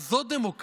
אז זאת דמוקרטיה?